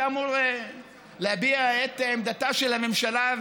שאמור להביע את עמדתה של הממשלה,